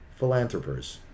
Philanthropers